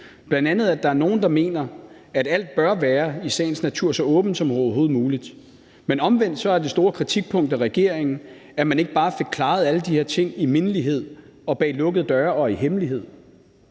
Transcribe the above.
bl.a. at der er nogle, der mener, at alt i sagens natur bør være så åbent som overhovedet muligt. Men omvendt er det store kritikpunkt i forhold til regeringen, at man ikke bare fik klaret alle de her ting i mindelighed bag lukkede døre og i hemmelighed.